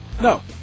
no